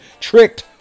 tricked